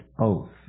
oath